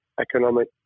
economic